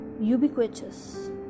Ubiquitous